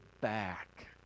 back